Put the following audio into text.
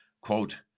quote